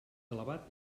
elevat